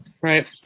right